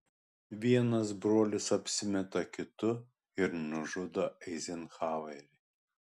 vienas brolis apsimeta kitu ir nužudo eizenhauerį